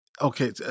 Okay